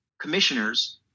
commissioners